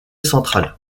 centrale